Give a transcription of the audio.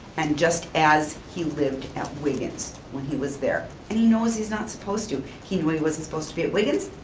and just as he lived at wiggins when he was there, and he knows he's not supposed to. he knew he wasn't supposed to be at wiggins,